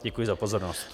Děkuji za pozornost.